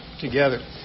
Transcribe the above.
together